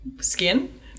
skin